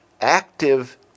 active